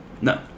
No